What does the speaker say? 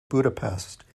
budapest